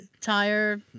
tire